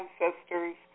ancestors